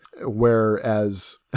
Whereas